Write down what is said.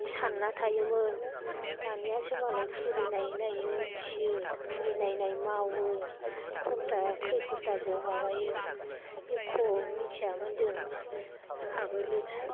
सानना थायोमोन दानियासो मालाय घुड़ी नायै नायै उन्थियो घुड़ी नायै नायै मावो घन्टा खै घन्टाजो माबायो एख' मिथियामोन जों आगोलो